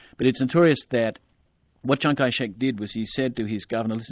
but it's notorious that what chiang kai chek did was he said to his governor, listen,